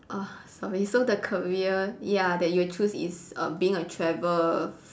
ah sorry so the career ya that you choose is err being a travel